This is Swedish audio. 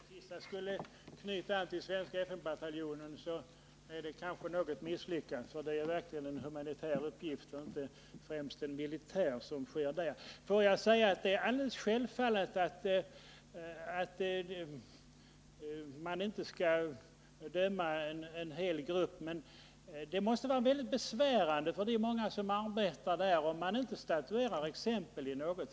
Fru talman! Om det sista utrikesministern yttrade skulle knyta an till den svenska FN-bataljonen, vore det verkligen missriktat. Där rör det sig om en humanitär uppgift och inte främst om en militär. Det är alldeles självklart att man inte skall döma en hel grupp, men det måste vara mycket besvärande för de många som arbetar där ute, om man aldrig statuerar exempel.